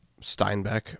Steinbeck